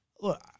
Look